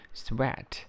，sweat